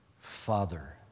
Father